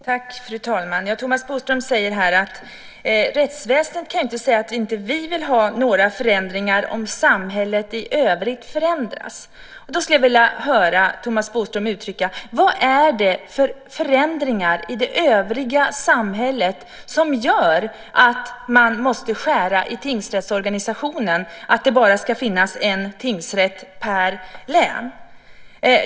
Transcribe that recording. Fru talman! Thomas Bodström säger att man inom rättsväsendet inte kan säga att man inte vill ha några förändringar om samhället i övrigt förändras. Jag skulle vilja höra vilka förändringar i det övriga samhället som gör att man måste skära i tingsrättsorganisationen så att det bara ska finnas en tingsrätt per län.